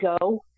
go